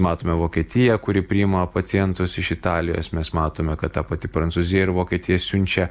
matome vokietiją kuri priima pacientus iš italijos mes matome kad ta pati prancūzija ir vokietija siunčia